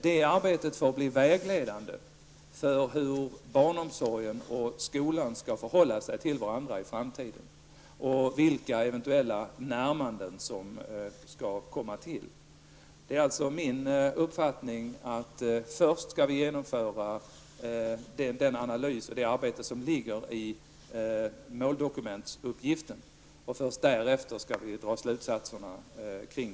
Det arbetet får bli vägledande för hur barnomsorgen och skolan skall förhålla sig till varandra i framtiden och vilka eventuella närmanden som skall komma till stånd. Det är alltså min uppfattning att vi först skall genomföra den analys och det arbete som ligger i måldokumentuppgiften. Först därefter skall vi dra slutsatserna.